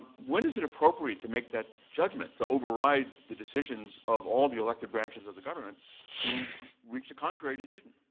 when is it appropriate to make that judgment to override the decisions of all the elected branches of the government who've reached a contrary decision?